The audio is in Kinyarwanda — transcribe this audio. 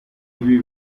ibi